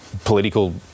political